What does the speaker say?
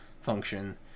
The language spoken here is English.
function